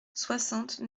soixante